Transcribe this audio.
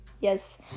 Yes